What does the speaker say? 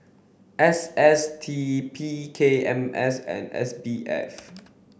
S S T P K M S and S B F